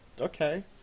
okay